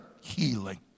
healing